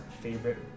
favorite